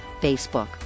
Facebook